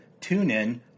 TuneIn